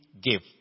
give